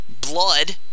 blood